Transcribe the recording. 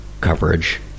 coverage